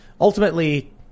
Ultimately